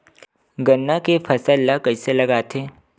गन्ना के फसल ल कइसे लगाथे?